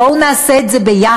בואו נעשה את זה יחד.